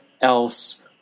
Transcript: else